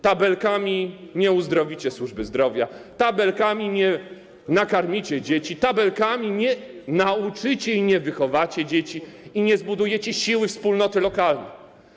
Tabelkami nie uzdrowicie służby zdrowia, tabelkami nie nakarmicie dzieci, tabelkami nie nauczycie i nie wychowacie dzieci i nie zbudujecie siły wspólnoty lokalnej.